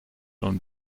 und